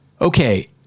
okay